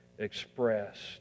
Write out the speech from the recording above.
expressed